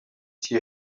she